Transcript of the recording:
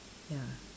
ya